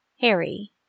Harry